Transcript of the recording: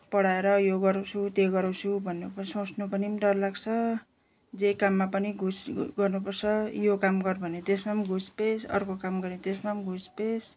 पढाएर यो गराउँछु त्यो गराउँछु भन्नु सोच्नु पनि डर लाग्छ जे काममा पनि घुस गर्नुपर्छ यो काम गर भन्यो त्यसमा पनि घुसपेस अर्को काम गऱ्यो त्यसमा पनि घुसपेस